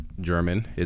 German